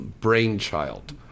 brainchild